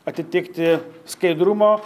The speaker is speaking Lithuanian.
atitikti skaidrumo